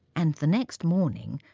and the next morning,